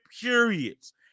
periods